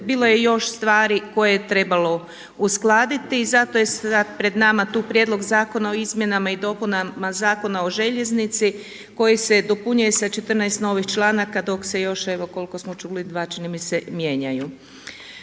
bilo je još stvari koje je trebalo uskladiti i zato je sad tu pred nama tu Prijedlog zakona o izmjenama i dopunama Zakona o željeznici koji se dopunjuje sa 14 novih članaka dok se još evo koliko smo čuli dva čini mi se mijenjaju.